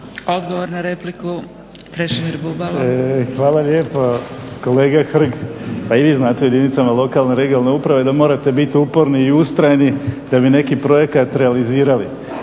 Bubalo. **Bubalo, Krešimir (HDSSB)** Hvala lijepa. Kolega Hrg, pa i vi znate o jedinicama lokalne regionalne uprave da morate bit uporni i ustrajni da bi neki projekt realizirali.